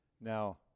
Now